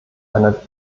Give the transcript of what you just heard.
einer